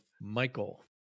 Michael